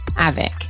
AVIC